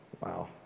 Wow